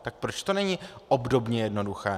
Tak proč to není obdobně jednoduché?